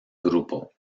grupo